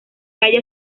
calle